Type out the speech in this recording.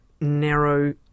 narrow